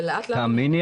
ולאט לאט --- תאמיני,